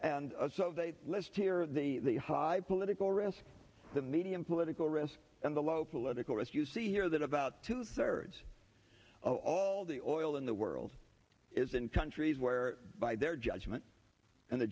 and so they list here the high political risk the medium political risk and the low political risk you see here that about two thirds of all the oil in the world is in countries where their judgment and the